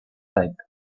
type